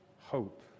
hope